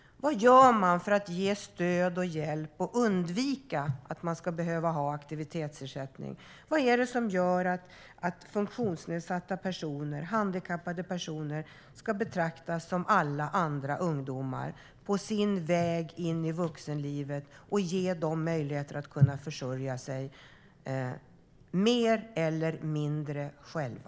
Vad gör man för att ge stöd och hjälp och undvika att de här personerna ska behöva ha aktivitetsersättning? Vad gör man för att funktionsnedsatta personer, handikappade personer, ska betraktas som alla andra ungdomar på sin väg in i vuxenlivet och för att ge dem möjligheter att kunna försörja sig mer eller mindre själva?